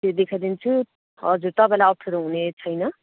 देखाइदिन्छु हजुर तपाईँलाई अप्ठ्यारो हुने छैन